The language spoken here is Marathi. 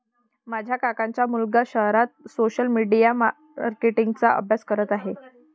माझ्या काकांचा मुलगा शहरात सोशल मीडिया मार्केटिंग चा अभ्यास करत आहे